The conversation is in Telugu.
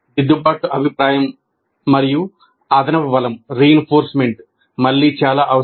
దిద్దుబాటు అభిప్రాయం మరియు అదనపు బలం మళ్ళీ చాలా అవసరం